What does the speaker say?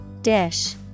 Dish